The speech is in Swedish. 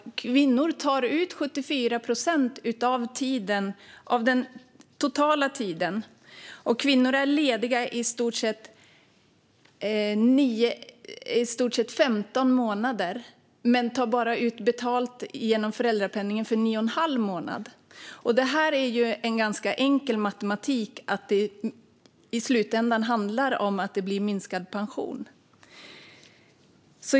Kvinnor tar ut 74 procent av den totala tiden, och kvinnor är lediga i stort sett i femton månader men tar bara ut betald tid genom föräldrapenningen för nio och en halv månad. Det är en ganska enkel matematik att det i slutändan handlar om att det blir minskad pension.